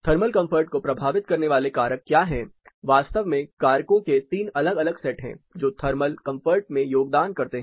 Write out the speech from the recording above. thermal comfort को प्रभावित करने वाले कारक क्या हैं वास्तव में कारकों के तीन अलग अलग सेट हैं जो थर्मल कंफर्ट में योगदान करते हैं